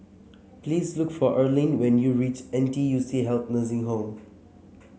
please look for Erline when you reach N T U C Health Nursing Home